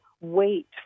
wait